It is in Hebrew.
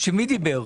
שמי דיבר?